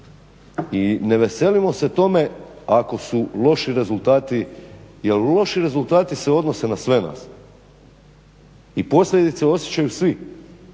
I ne veselimo se tome ako su loši rezultati jer loši rezultati se odnose na sve nas i posljedice osjećaju svi.